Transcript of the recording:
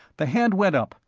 the hand went up,